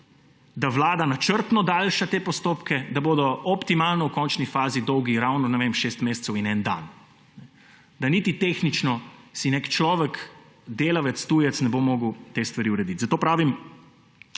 da vlada načrtno daljša te postopke, da bodo optimalno v končni fazi dolgi ravno šest mesecev in eden dan, da niti tehnično si nek človek, delavec tujec ne bo mogel te stvari urediti. Zato pravim,